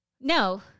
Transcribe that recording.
No